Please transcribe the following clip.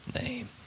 name